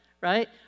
right